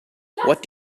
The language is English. what